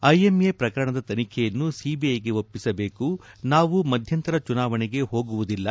IMA ಪ್ರಕರಣದ ತನಿಖೆಯನ್ನು ಸಿಬಿಐಗೆ ಒಪ್ಪಿಸಬೇಕು ನಾವು ಮಧ್ಯಂತರ ಚುನಾವಣೆಗೆ ಹೋಗುವುದಿಲ್ಲ